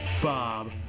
Bob